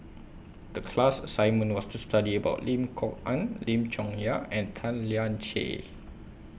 The class assignment was to study about Lim Kok Ann Lim Chong Yah and Tan Lian Chye